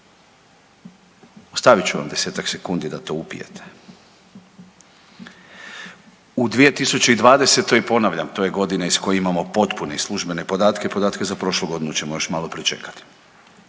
Ostavit ću vam desetak sekundi da to upijete. U 2020. ponavljam to je godina iz koje imamo potpune i službene podatke, podatke za prošlu godinu ćemo još malo pričekati,